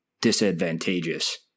disadvantageous